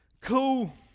Cool